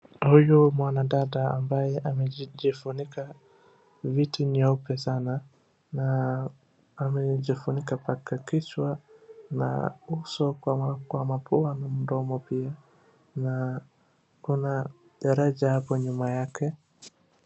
Huyu mwanadada ambaye amejifunika vitu nyeupe sana na amejifunika mpaka kichwa na uso kwa mapua na mdomo pia. Na kuna daraja hapo nyuma yake.